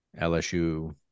LSU